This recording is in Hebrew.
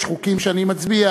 יש חוקים שאני מצביע